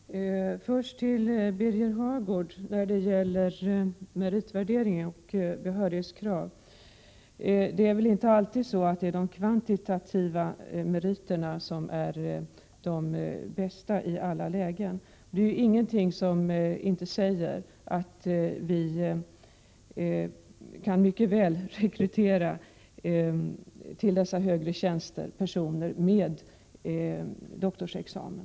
Herr talman! Först några ord till Birger Hagård när det gäller meritvärdering och behörighetskrav. De kvantitativa meriterna är väl inte de bästa i alla lägen. Ingenting säger att vi inte mycket väl till dessa högre tjänster kan rekrytera personer med doktorsexamen.